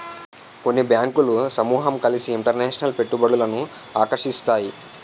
కొన్ని బ్యాంకులు సమూహం కలిసి ఇంటర్నేషనల్ పెట్టుబడులను ఆకర్షిస్తాయి